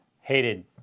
hated